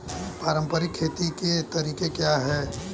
पारंपरिक खेती के तरीके क्या हैं?